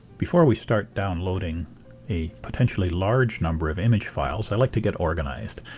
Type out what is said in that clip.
before we start downloading a potentially large number of image files i like to get organized.